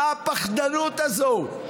מה הפחדנות הזו?